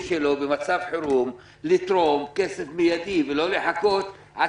שלו במצב חירום לתרום כסף מיידי ולא לחכות עד